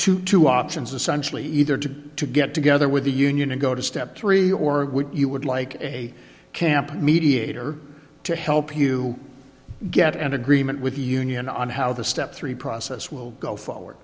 to two options essentially either to get together with the union and go to step three or you would like a camp mediator to help you get an agreement with the union on how the step three process will go forward